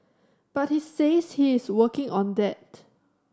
but he says he is working on that